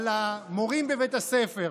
על המורים בבית הספר.